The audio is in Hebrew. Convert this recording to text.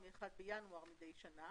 מידי שנה